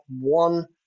one